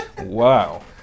wow